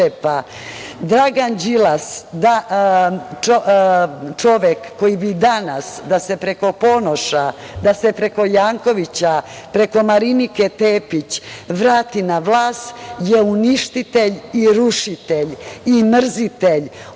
džepa. Dragan Đilas, čovek koji bi danas da se preko Ponoša, da se preko Jankovića, preko Marinike Tepić vrati na vlast je uništitelj i rušitelj, i mrzitelj